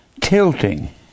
tilting